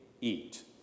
eat